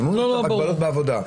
יש הגבלות בעבודה.